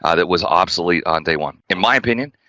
ah that was obsolete on day one. in my opinion,